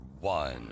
one